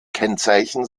kennzeichen